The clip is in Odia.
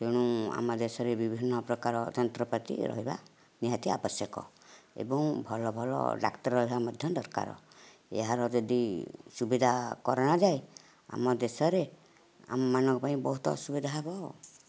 ତେଣୁ ଆମ ଦେଶରେ ବିଭିନ୍ନ ପ୍ରକାର ଯନ୍ତ୍ରପାତି ରହିବା ନିହାତି ଆବଶ୍ୟକ ଏବଂ ଭଲ ଭଲ ଡାକ୍ତର ରହିବା ମଧ୍ୟ ଦରକାର ଏହାର ଯଦି ସୁବିଧା କରା ନ ଯାଏ ଆମ ଦେଶରେ ଆମମାନଙ୍କ ପାଇଁ ବହୁତ ଅସୁବିଧା ହେବ ଆଉ